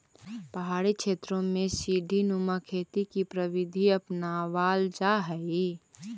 पहाड़ी क्षेत्रों में सीडी नुमा खेती की प्रविधि अपनावाल जा हई